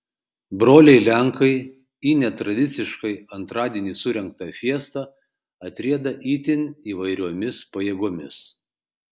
broliai lenkai į netradiciškai antradienį surengtą fiestą atrieda itin įvairiomis pajėgomis